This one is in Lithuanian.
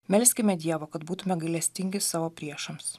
melskime dievo kad būtume gailestingi savo priešams